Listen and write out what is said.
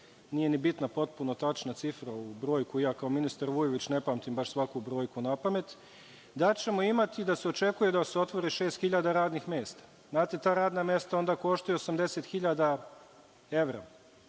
nije ni bitna potpuno tačna cifra, brojku ja kao ministar Vujović ne pamtim baš svaku napamet, da ćemo imati, da se očekuje da se otvori 6.000 radnih mesta. Znate, ta radna mesta onda koštaju 80.000 evra,